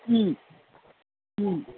ꯎꯝ ꯎꯝ